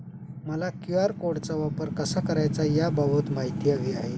मला क्यू.आर कोडचा वापर कसा करायचा याबाबत माहिती हवी आहे